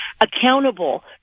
accountable